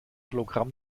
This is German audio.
hologramm